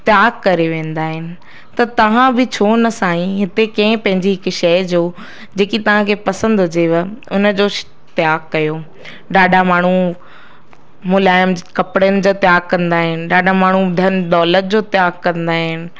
त्याग करे वेंदा आहिनि त तव्हां बि छो न साईं हिते कंहिं पंहिंजी हिकु शइ जो जेकी तव्हां खे पसंदि हुजेव उन जो त्यागु कयो ॾाढा माण्हू मुलायम कपिड़नि जा त्यागु कंदा आहिनि ॾाढा माण्हू धन दौलत जो त्यागु कंदा आहिनि